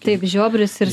taip žiobrius ir